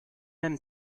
même